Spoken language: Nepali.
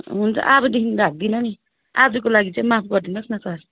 हुन्छ अबदेखि राख्दिन नि आजको लागि चाहिँ माफ गरिदिनुहोस् न सर